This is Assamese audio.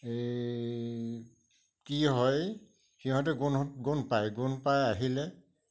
কি হয় সিহঁতে গোন্ধ পাই গোন্ধ পাই আহিলে